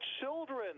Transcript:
children